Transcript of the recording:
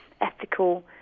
ethical